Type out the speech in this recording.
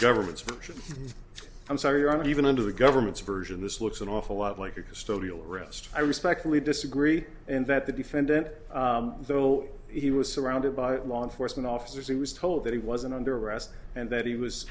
government's version i'm sorry i'm not even under the government's version this looks an awful lot like a custodial arrest i respectfully disagree and that the defendant though he was surrounded by law enforcement officers he was told that he wasn't under arrest and that he was